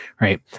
right